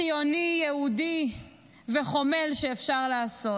ציוני, יהודי וחומל שאפשר לעשות,